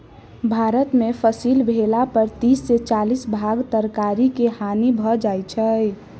भारत में फसिल भेला पर तीस से चालीस भाग तरकारी के हानि भ जाइ छै